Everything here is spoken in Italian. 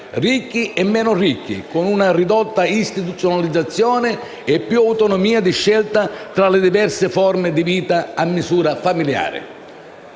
ricchi e meno ricchi, con una ridotta istituzionalizzazione e più autonomia di scelta tra le diverse forme di vita a misura familiare.